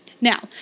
Now